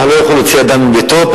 פקח לא יכול להוציא אדם מביתו,